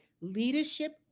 Leadership